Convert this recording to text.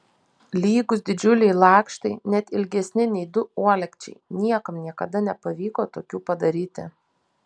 lygūs didžiuliai lakštai net ilgesni nei du uolekčiai niekam niekada nepavyko tokių padaryti